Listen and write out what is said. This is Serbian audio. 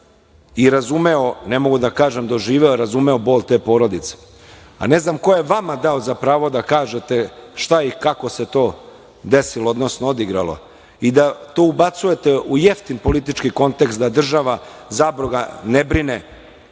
i razumeo, ne mogu da kažem doživeo, razumeo bol te porodice. A ne znam ko je vama dao za pravo da kažete šta i kako se to desilo, odnosno odigralo i da to ubacujete u jeftin politički kontekst da država zaboga ne brine